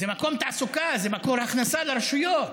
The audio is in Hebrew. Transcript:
זה מקום תעסוקה, זה מקור הכנסה לרשויות.